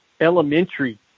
elementary